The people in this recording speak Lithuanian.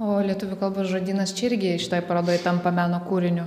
o lietuvių kalbos žodynas čia irgi šitoj parodoj tampa meno kūriniu